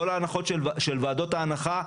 כל ההנחות של ועדות ההנחה,